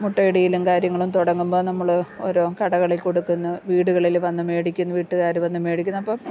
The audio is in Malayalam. മുട്ടയിടലും കാര്യങ്ങളും തുടങ്ങുമ്പോൾ നമ്മൾ ഓരോ കടകളിൽ കൊടുക്കുന്നു വീടുകളിൽ വന്നു മേടിക്കുന്നു വീട്ടുകാർ വന്നു മേടിക്കുന്നു അപ്പം